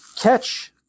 catch